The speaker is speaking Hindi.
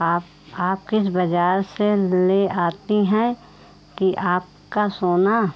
आप आप किस बाज़ार से ले आती हैं कि आपका सोना